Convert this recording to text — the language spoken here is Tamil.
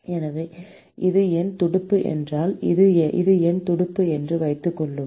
எனவே இது என் துடுப்பு என்றால் இது என் துடுப்பு என்று வைத்துக்கொள்வோம்